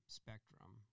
spectrum